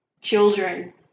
children